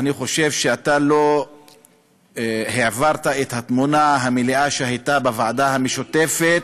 אני חושב שאתה לא העברת את התמונה המלאה שהייתה בוועדה המשותפת,